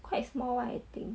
quite small [one] I think